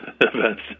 events